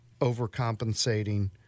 overcompensating